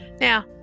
Now